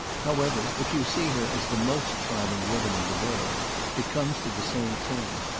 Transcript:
however, if you see her as the most charming woman in the world it comes to the same thing.